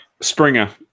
Springer